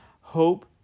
Hope